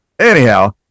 anyhow